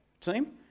team